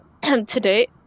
today